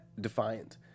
defiant